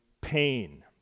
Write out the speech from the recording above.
pain